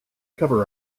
cover